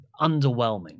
underwhelming